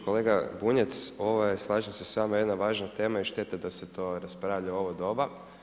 Kolega Bunjac, ovo je, slažem se s vama jedna važna tema i šteta da se to raspravlja u ovo doba.